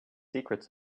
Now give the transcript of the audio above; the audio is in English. secrets